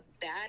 bad